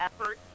efforts